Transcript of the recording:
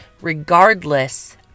regardless